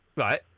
Right